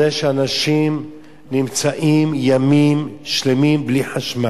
זה שאנשים נמצאים ימים שלמים בלי חשמל,